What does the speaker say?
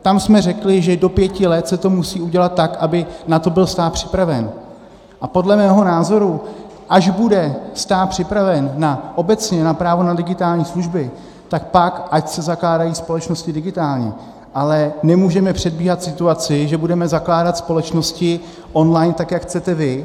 Tam jsme řekli, že do pěti let se to musí udělat tak, aby na to byl stát připraven, a podle mého názoru, až bude stát připraven obecně na právo na digitální služby, tak pak ať se zakládají společnosti digitálně, ale nemůžeme předbíhat situaci, že budeme zakládat společnosti online, tak jak chcete vy.